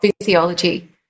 physiology